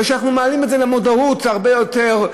וכשאנחנו מעלים את זה למודעות רבה יותר,